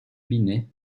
binet